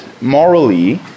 morally